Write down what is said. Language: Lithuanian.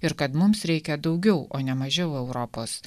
ir kad mums reikia daugiau o ne mažiau europos